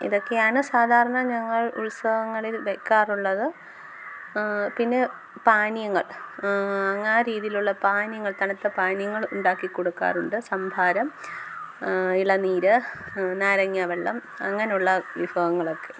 ഇതൊക്കെയാണ് സാധാരണ ഞങ്ങൾ ഉത്സവങ്ങളിൽ വയ്ക്കാറുള്ളത് പിന്നെ പാനീയങ്ങൾ ആ രീതിയിലുള്ള പാനീയങ്ങൾ തണുത്ത പാനീയങ്ങളുണ്ടാക്കി കൊടുക്കാറുണ്ട് സംഭാരം ഇളനീര് നാരങ്ങാ വെള്ളം അങ്ങനെ ഉള്ള വിഭവങ്ങളൊക്കെ